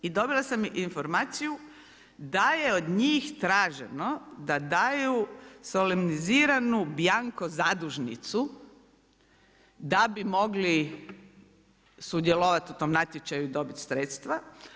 I dobila sam informaciju, da je od njih traženo da daju solemniziranu bjanko zadužnicu da bi mogli sudjelovati u tom natječaju i dobiti sredstva.